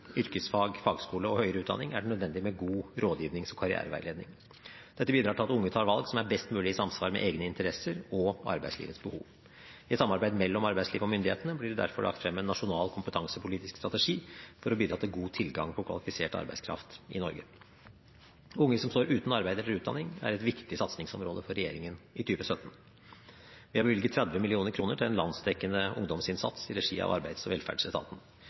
yrkesfag, fagskole og høyere utdanning, er det nødvendig med god rådgivnings- og karriereveiledning. Dette bidrar til at unge tar valg som best mulig er i samsvar med egne interesser og med arbeidslivets behov. I et samarbeid mellom arbeidslivet og myndighetene blir det derfor lagt frem en nasjonal kompetansepolitisk strategi for å bidra til god tilgang på kvalifisert arbeidskraft i Norge. Unge som står uten arbeid eller utdanning, er et viktig satsingsområde for regjeringen i 2017. Det er bevilget 30 mill. kr til en landsdekkende ungdomsinnsats i regi av Arbeids- og velferdsetaten.